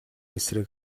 эсрэг